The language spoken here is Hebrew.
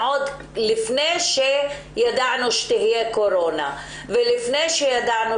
עוד לפני שידענו שתהיה קורונה ולפני שידענו